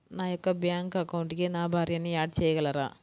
నా యొక్క బ్యాంక్ అకౌంట్కి నా భార్యని యాడ్ చేయగలరా?